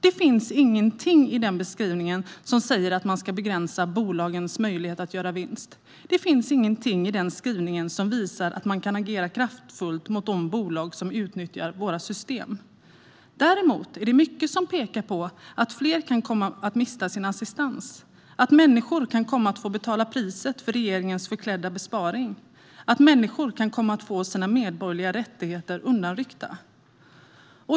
Det finns ingenting i den skrivningen som säger att man ska begränsa bolagens möjlighet att göra vinst. Det finns ingenting i den skrivningen som visar att man kan agera kraftfullt mot de bolag som utnyttjar våra system. Däremot är det mycket som pekar på att fler kan komma att mista sin assistans. Människor kan komma att få betala priset för regeringens förklädda besparing. Människor kan komma att få sina medborgerliga rättigheter undanryckta.